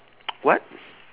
what